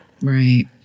Right